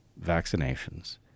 vaccinations